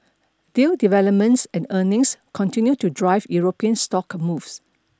deal developments and earnings continued to drive European stock moves